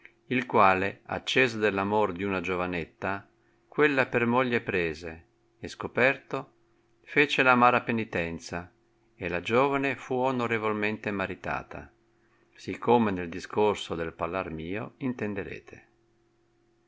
il quale acceso dell'amor d'una giovanetta quella per moglie prese e scoperto fece r amara penitenza e la giovane fu onorevolmente maritata sì come nel discorso del parlar mio intenderete